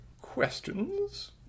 Questions